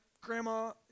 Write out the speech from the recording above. grandma